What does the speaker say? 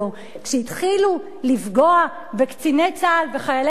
כשהתחילו לפגוע בקציני צה"ל וחיילי צה"ל,